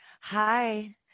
Hi